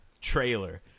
trailer